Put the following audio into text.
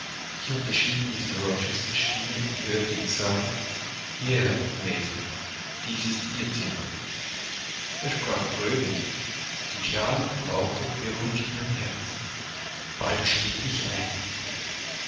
unterschied mr rochesters stimme und hörte ihn sagen hierher mason dies ist ihr zimmer er sprach fröhlich die klaren laute beruhigten mein herz bald schlief ich ein